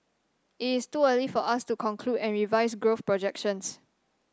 it is too early for us to conclude and revise growth projections